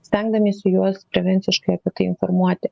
stengdamiesi juos prevenciškai apie tai informuoti